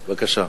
בבקשה.